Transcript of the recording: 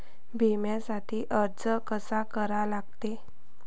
बिम्यासाठी अर्ज कसा करा लागते?